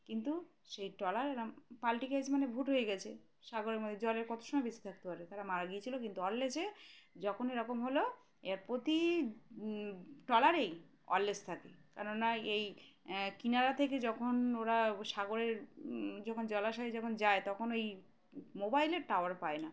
কিন্তু সেই ট্রলার এরা পালটি খেয়েছে মানে ভুট হয়ে গেছে সাগরের মধ্যে জলের কত সময় বেশি থাকতে পারে তারা মারা গিয়েছিলো কিন্তু ওয়্যরলেসে যখন এরকম হলো এর প্রতি ট্রলারেই ওয়্যরলেস থাকে কেননা এই কিনারা থেকে যখন ওরা সাগরের যখন জলাশয়ে যখন যায় তখন ওই মোবাইলের টাওয়ার পায় না